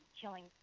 killing